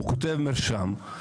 הוא כותב מרשם,